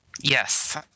yes